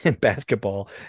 basketball